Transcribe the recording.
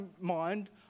mind